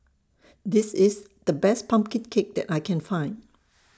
This IS The Best Pumpkin Cake that I Can Find